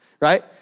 Right